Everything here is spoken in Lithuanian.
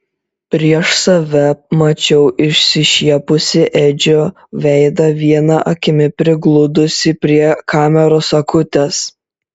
prieš save mačiau išsišiepusį edžio veidą viena akimi prigludusį prie kameros akutės